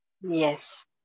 Yes